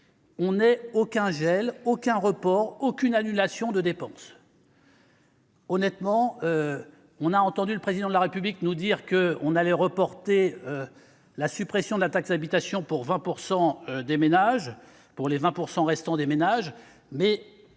il n'y ait aucun gel, aucun report, aucune annulation de dépenses. Nous avons entendu le Président de la République indiquer que l'on allait reporter la suppression de la taxe d'habitation pour les 20 % restants des ménages, mais,